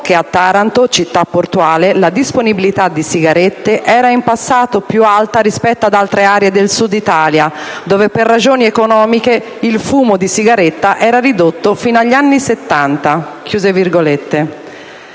che a Taranto, città portuale, la disponibilità di sigarette era in passato più alta rispetto ad altre aree del Sud Italia dove per ragioni economiche il fumo di sigaretta era ridotto fino agli anni '70".